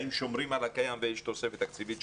האם שומרים על הקיים ויש תוספת תקציבית.